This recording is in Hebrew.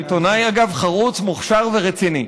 אגב, הוא עיתונאי חרוץ, מוכשר ורציני.